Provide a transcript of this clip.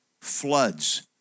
floods